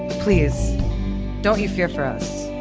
please don't you fear for us.